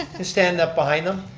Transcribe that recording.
stand up behind em.